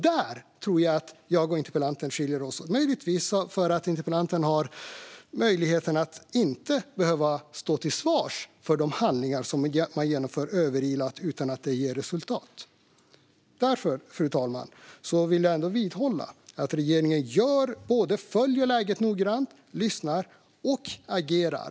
Där tror jag att jag och interpellanten skiljer oss åt, möjligtvis för att interpellanten har möjligheten att inte behöva stå till svars för de handlingar som man genomför på ett överilat sätt utan att det ger något resultat. Därför, fru talman, vill jag ändå vidhålla att regeringen både följer läget noggrant, lyssnar och agerar.